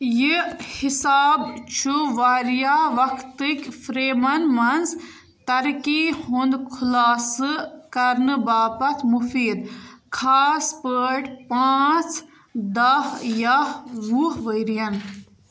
یہِ حِساب چھُ واریاہ وقتٕکۍ فرٛیمَن منٛز ترقی ہُنٛد خُلاصہٕ کرنہٕ باپتھ مُفیٖد خاص پٲٹھۍ پانٛژھ دَہ یا وُہ ؤرِیَن